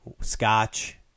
scotch